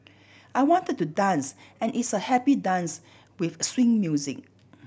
I wanted to dance and it's a happy dance with swing music